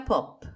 Pop